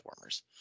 warmers